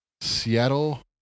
Seattle